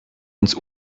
uns